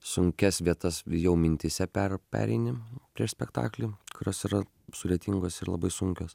sunkias vietas jau mintyse per pereini prieš spektaklį kurios yra sudėtingos ir labai sunkios